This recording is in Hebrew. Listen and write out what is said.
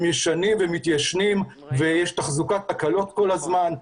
ישנים ומתיישנים ויש תחזוקה וכל הזמן תקלות.